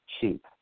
cheap